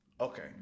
Okay